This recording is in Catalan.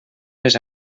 les